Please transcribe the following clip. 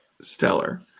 Stellar